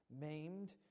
maimed